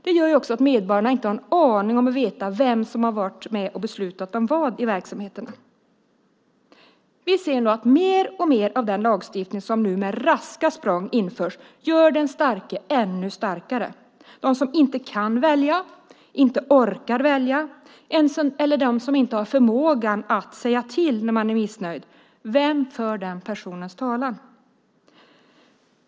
Det gör också att medborgarna inte har en aning om, inte kan veta, vem som varit med och beslutat om vad i verksamheterna. Vi ser att mer och mer av den lagstiftning som nu med raska språng införs gör den starke ännu starkare. Vem för talan för den person som inte kan välja, som inte orkar välja eller som inte har förmåga att säga till när han eller hon är missnöjd?